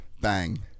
bang